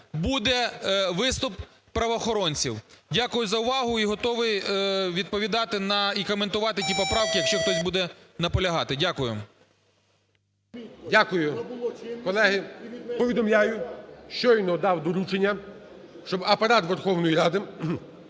буде виступ правоохоронців. Дякую за увагу, і готовій відповідати і коментувати ті поправки, якщо хтось буде наполягати. Дякую. ГОЛОВУЮЧИЙ. Дякую. Колеги, повідомляю. Щойно дав доручення, щоб Апарат Верховної Ради